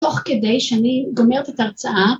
‫תוך כדי שאני גומרת את ההרצאה.